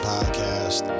Podcast